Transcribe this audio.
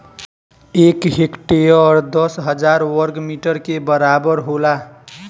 एक हेक्टेयर दस हजार वर्ग मीटर के बराबर होला